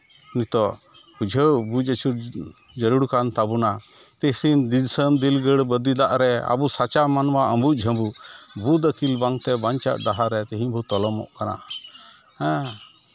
ᱱᱤᱛᱚᱜ ᱵᱩᱡᱷᱟᱹᱣ ᱵᱩᱡᱽ ᱟᱹᱪᱩᱨ ᱡᱟᱹᱨᱩᱲ ᱠᱟᱱ ᱛᱟᱵᱳᱱᱟ ᱵᱤᱫᱟᱹᱞᱟᱜ ᱨᱮ ᱟᱵᱚ ᱥᱟᱪᱟ ᱢᱟᱱᱣᱟ ᱟᱹᱵᱩᱞ ᱡᱷᱟᱹᱢᱩ ᱵᱩᱫᱷ ᱟᱹᱠᱤᱞ ᱵᱟᱝᱛᱮ ᱵᱟᱧᱪᱟᱜ ᱰᱟᱦᱟᱨᱮ ᱛᱮᱦᱮᱧ ᱵᱚᱱ ᱛᱚᱞᱚᱢᱚᱜ ᱠᱟᱱᱟ ᱦᱮᱸ